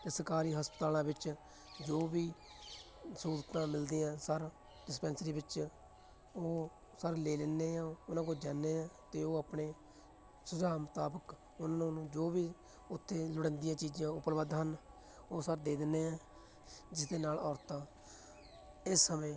ਅਤੇ ਸਰਕਾਰੀ ਹਸਪਤਾਲਾਂ ਵਿੱਚ ਜੋ ਵੀ ਸਹੂਲਤਾਂ ਮਿਲਦੀਆਂ ਸਰ ਡਿਸਪੈਂਸਰੀ ਵਿੱਚ ਉਹ ਸਰ ਲੈ ਲੈਂਦੇ ਆ ਉਹ ਉਹਨਾਂ ਕੋਲ ਜਾਂਦੇ ਆ ਅਤੇ ਉਹ ਆਪਣੇ ਸੁਝਾਅ ਮੁਤਾਬਕ ਉਹਨਾਂ ਨੂੰ ਜੋ ਵੀ ਉੱਥੇ ਲੋੜੀਂਦੀਆਂ ਚੀਜ਼ਾਂ ਉਪਲਬਧ ਹਨ ਉਹ ਸਰ ਦੇ ਦਿੰਦੇ ਆ ਜਿਸ ਦੇ ਨਾਲ ਔਰਤਾਂ ਇਸ ਸਮੇਂ